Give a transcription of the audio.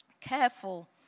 careful